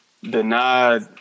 denied